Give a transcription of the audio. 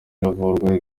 iravurwa